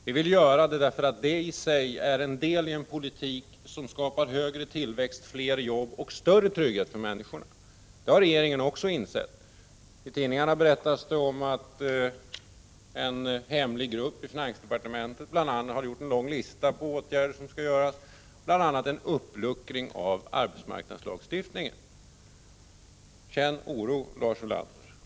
Vi vill göra det därför att det i sig är en del av en politik som skapar större tillväxt, fler jobb och större trygghet för människorna — och det har regeringen också insett. I tidningarna sägs det att bl.a. en hemlig grupp inom finansdepartementet har upprättat en lång lista över åtgärder som skall vidtas. Det gäller bl.a. att åstadkomma en uppluckring av arbetsmarknadslagstiftningen. Känn oro, Lars Ulander!